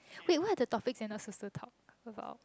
wait what are the topics you're not suppose to talk about